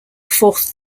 fourth